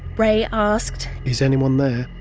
ray asked, is anyone there?